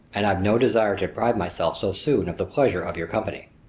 and i've no desire to deprive myself so soon of the pleasure of your company.